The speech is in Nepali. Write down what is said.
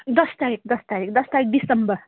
दस तारिक दस तारिक दस तारिक डिसम्बर